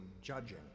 judging